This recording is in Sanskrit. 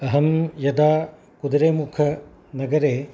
अहं यदा कुद्रेमुखनगरे